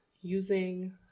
using